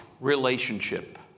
relationship